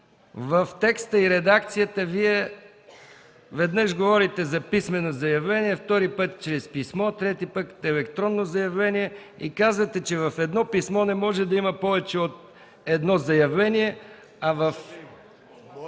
В текста и редакцията Вие веднъж говорите за писмено заявление, втори път чрез писмо, трети път – електронно заявление, и казвате, че в едно писмо не може да има повече от едно заявление...